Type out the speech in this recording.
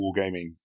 wargaming